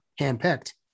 handpicked